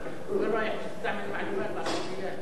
לוועדת הפנים והגנת הסביבה